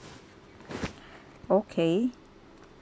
okay